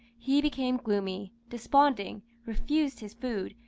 he became gloomy, desponding, refused his food,